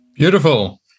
Beautiful